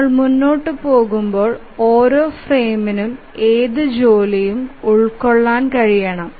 നമ്മൾ മുന്നോട്ട് പോകുമ്പോൾ ഓരോ ഫ്രെയിമിനും ഏത് ജോലിയും ഉൾക്കൊള്ളാൻ കഴിയണം